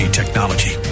technology